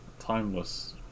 Timeless